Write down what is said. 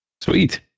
Sweet